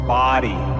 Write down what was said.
body